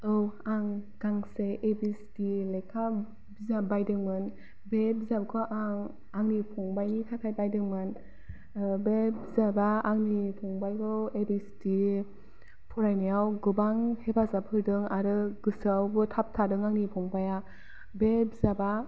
औ आं गांसे ए बि सि दि लेखा बिजाब बायदोंमोन बे बिजाबखौ आं आंनि फंबाइनि थाखाय बायदोंमोन बे बिजाबा आंनि फंबाइखौ ए बि सि दि फरायनायाव गोबां हेफाजाब होदों आरो गोसोआवबो थाब थादों आंनि फंबाइया बे बिजाबा